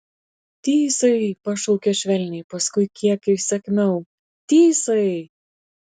tysai pašaukė švelniai paskui kiek įsakmiau tysai